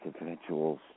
Individuals